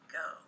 go